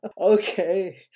Okay